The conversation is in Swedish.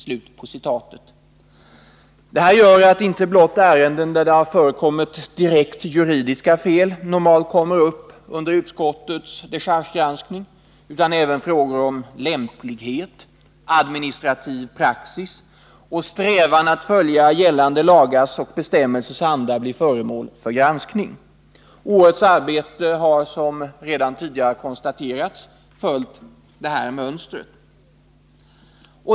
Detta gör att inte blott ärenden där det förekommit direkt juridiska fel normalt kommer upp under utskottets dechargegranskning, utan även frågor om lämplighet, administrativ praxis och strävan att följa gällande lagars och bestämmelsers anda blir föremål för granskning. Årets arbete har som redan tidigare konstaterats följt detta mönster.